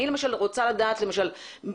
אני למשל רוצה לדעת נקודתית.